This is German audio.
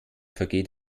vergeht